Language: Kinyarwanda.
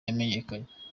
yamenyekanye